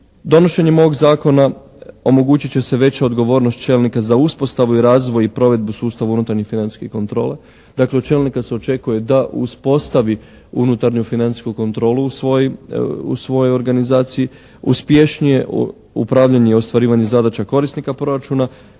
Donošenjem ovog zakona omogućit će se veća odgovornost čelnika za uspostavu i razvoj i provedbu sustava unutarnjih financijskih kontrola. Dakle od čelnika se očekuje da uspostavi unutarnju financijsku kontrolu u svojoj organizaciji, uspješnije upravljanje i ostvarivanje zadaća korisnika proračuna,